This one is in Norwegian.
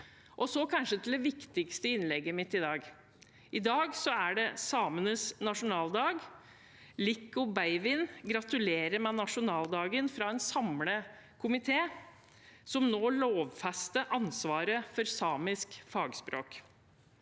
Til kanskje det viktigste i innlegget mitt i dag: I dag er det samenes nasjonaldag. Lihkku beivviin – gratulerer med nasjonaldagen fra en samlet komité som nå lovfester ansvaret for samisk fagspråk.